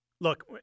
Look